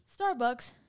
Starbucks